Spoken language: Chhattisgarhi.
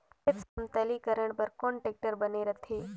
खेत समतलीकरण बर कौन टेक्टर बने रथे?